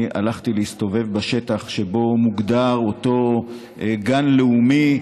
אני הלכתי להסתובב בשטח שבו מוגדר אותו גן לאומי,